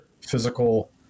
physical